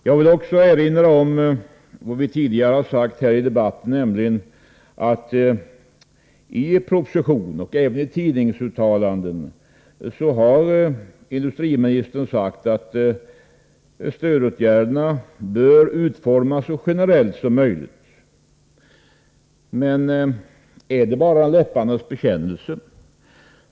Jag vill också erinra om att det tidigare i debatten sagts, att industriministern i tidningsuttalanden och i propositionen framhållit att stödåtgärderna bör utformas så generellt som möjligt. Men är detta bara en läpparnas bekännelse?